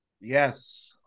Yes